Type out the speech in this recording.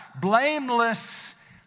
Blameless